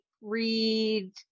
read